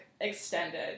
extended